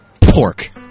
pork